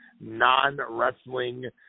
non-wrestling